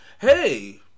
hey